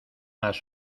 las